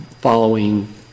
following